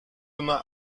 una